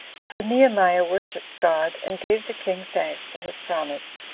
so nehemiah worshipped god, and gave the king thanks for his promise,